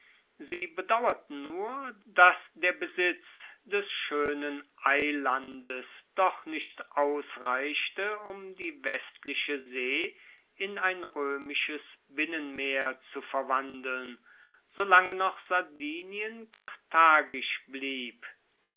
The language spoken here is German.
sie bedauerten nur dass der besitz des schoenen eilandes doch nicht ausreichte um die westliche see in ein roemisches binnenmeer zu verwandeln solange noch sardinien karthagisch blieb